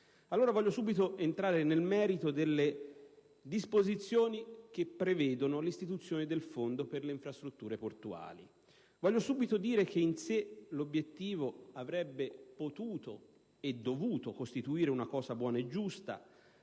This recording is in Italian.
Entro subito nel merito delle disposizioni che prevedono l'istituzione del Fondo per le infrastrutture portuali. Voglio subito dire che in sé l'obiettivo avrebbe potuto e dovuto costituire una cosa buona e giusta,